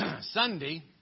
Sunday